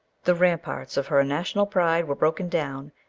the ramparts of her national pride were broken down,